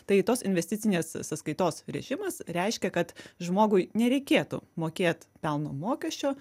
tai tos investicinės sąskaitos režimas reiškia kad žmogui nereikėtų mokėt pelno mokesčio